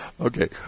Okay